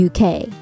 UK